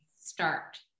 start